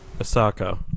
Osaka